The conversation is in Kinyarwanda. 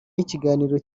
y’ikiganiro